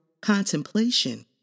contemplation